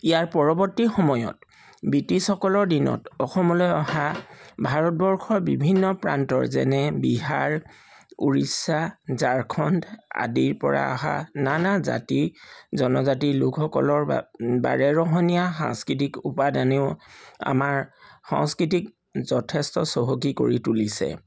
ইয়াৰ পৰৱৰ্তী সময়ত ব্ৰিটিছসকলৰ দিনত অসমলৈ অহা ভাৰতবৰ্ষৰ বিভিন্ন প্ৰান্তৰ যেনে বিহাৰ উৰিষ্যা ঝাৰখণ্ড আদিৰ পৰা আহা নানা জাতি জনজাতিৰ লোকসকলৰ বা বাৰেৰহণীয়া সাংস্কৃতিক উপাদানেও আমাৰ সংস্কৃতিক যথেষ্ট চহকী কৰি তুলিছে